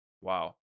Wow